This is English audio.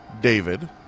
David